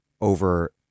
over